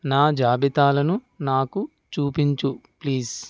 నా జాబితాలను నాకు చూపించు ప్లీజ్